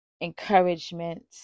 encouragement